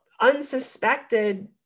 unsuspected